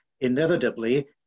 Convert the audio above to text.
inevitably